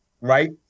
Right